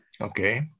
Okay